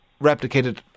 replicated